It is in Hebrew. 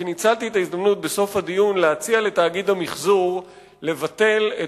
כי ניצלתי את ההזדמנות בסוף הדיון להציע לתאגיד המיחזור לבטל את